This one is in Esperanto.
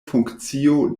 funkcio